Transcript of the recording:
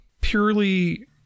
Purely